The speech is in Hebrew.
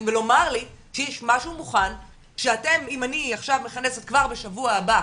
ולומר לי שיש משהו מוכן שאם אני עכשיו מכנסת כבר בשבוע הבא,